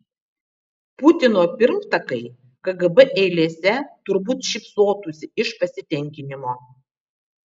putino pirmtakai kgb eilėse turbūt šypsotųsi iš pasitenkinimo